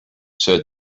said